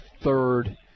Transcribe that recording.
third